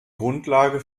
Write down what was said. grundlage